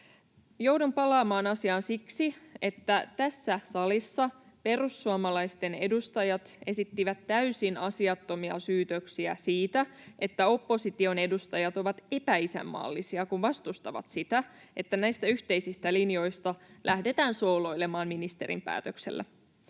Joudun palaamaan asiaan siksi, että tässä salissa perussuomalaisten edustajat esittivät täysin asiattomia syytöksiä siitä, että opposition edustajat ovat epäisänmaallisia, kun vastustavat sitä, että näistä yhteisistä linjoista lähdetään sooloilemaan ministerin päätöksellä.